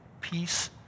peace